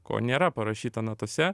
ko nėra parašyta natose